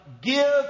give